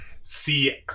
See